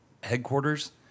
headquarters